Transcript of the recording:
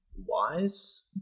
wise